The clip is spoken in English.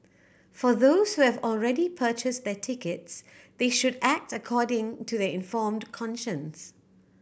for those who have already purchased their tickets they should act according to their informed conscience